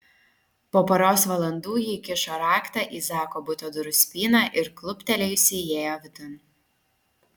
po poros valandų ji įkišo raktą į zako buto durų spyną ir kluptelėjusi įėjo vidun